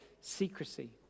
secrecy